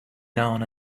down